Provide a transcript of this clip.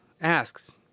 asks